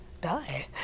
die